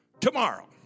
Tomorrow